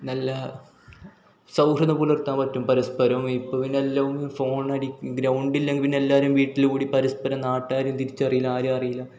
നല്ല സൗഹൃദം പുലർത്താൻ പറ്റും പരസ്പരം ഇപ്പോൾ പിന്നെ എല്ലാം ഫോൺ അടിക്റ്റ് ഗ്രൗണ്ടില്ലെങ്കിൽ പിന്നെല്ലാവരും വീട്ടിൽ കൂടി പരസ്പരം നാട്ടാരേയും തിരിച്ചറിയില്ല ആരേയും അറിയില്ല